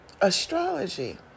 astrology